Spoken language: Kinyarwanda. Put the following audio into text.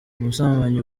ubusambanyi